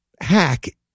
hack